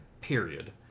period